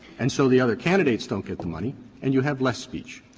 and so the other candidates don't get the money and you have less speech.